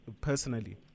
personally